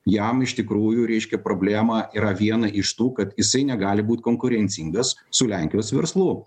jam iš tikrųjų reiškia problema yra viena iš tų kad jisai negali būt konkurencingas su lenkijos verslu